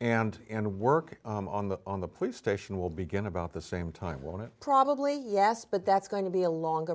and and work on the on the police station will begin about the same time want to probably yes but that's going to be a longer